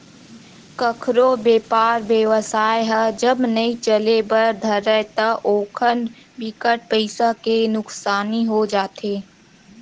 कखरो बेपार बेवसाय ह जब नइ चले बर धरय ता ओखर बिकट पइसा के नुकसानी हो जाथे